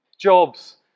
jobs